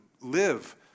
live